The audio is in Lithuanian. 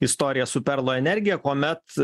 istorija su perlo energija kuomet